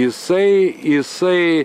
jisai jisai